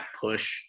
push